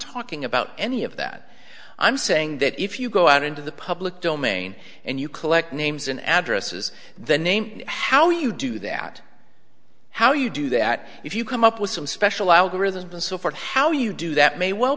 talking about any of that i'm saying that if you go out into the public domain and you collect names and addresses the name how you do that how you do that if you come up with some special algorithms and so forth how you do that may well